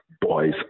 boys